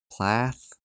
Plath